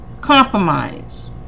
compromise